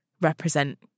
represent